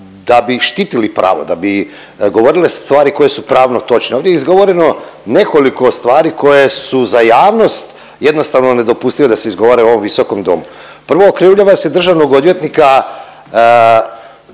da bi štitili pravo, da bi govorile stvari koje su pravno točne. Ovdje je izgovoreno nekoliko stvari koje su za javnost jednostavno nedopustive da se izgovore u ovom visokom domu. Prvo okrivljava se državnog odvjetnika